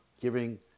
giving